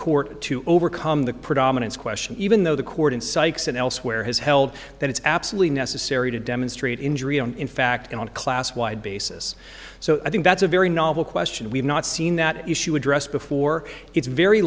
court to overcome the predominance question even though the court in psychs and elsewhere has held that it's absolutely necessary to demonstrate injury in fact on a class wide basis so i think that's a very novel question we've not seen that issue addressed before it's very